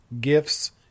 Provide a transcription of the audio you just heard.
gifts